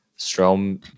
Strom